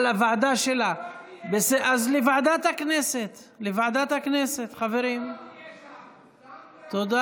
ההצעה עוברת להמשך דיון בוועדת החוקה, חוק ומשפט?